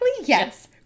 yes